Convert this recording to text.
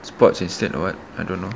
sports instead or what I don't know